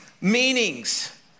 meanings